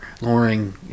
lowering